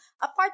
Apart